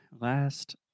last